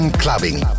clubbing